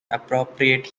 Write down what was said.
appropriate